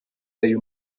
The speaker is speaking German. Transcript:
der